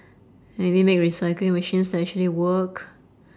maybe make recycling machines that actually work